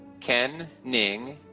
ken ning,